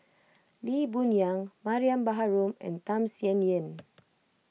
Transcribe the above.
Lee Boon Yang Mariam Baharom and Tham Sien Yen